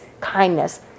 kindness